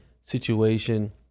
situation